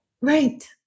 Right